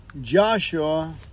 Joshua